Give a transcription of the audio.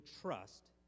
trust